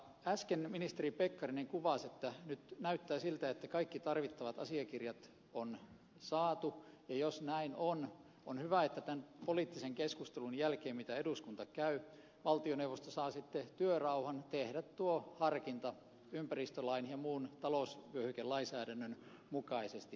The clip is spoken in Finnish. äsken ministeri pekkarinen kuvasi että nyt näyttää siltä että kaikki tarvittavat asiakirjat on saatu ja jos näin on on hyvä että tämän poliittisen keskustelun jälkeen mitä eduskunta käy valtioneuvosto saa sitten työrauhan tehdä tuon harkinnan ympäristölain ja talousvyöhykelainsäädännön mukaisesti